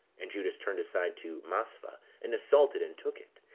and judas turned aside to maspha, and assaulted, and took it,